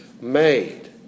made